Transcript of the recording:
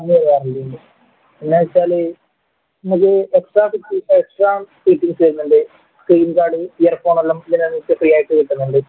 one year വാറൻറ്റിയുണ്ട് എന്താ വെച്ചാൽ നമ്മൾക്ക് എക്സ്ട്രാ ഫിറ്റിങ്സ് എക്സ്ട്രാ ഫിറ്റിങ്സ് വരുന്നുണ്ട് സ്ക്രീൻ ഗാർഡ് ഇയർ ഫോൺ എല്ലാം ഫ്രീയായിട്ട് കിട്ടുന്നുണ്ട്